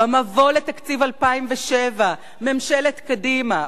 במבוא לתקציב 2007 ממשלת קדימה,